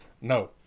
No